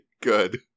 Good